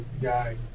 guy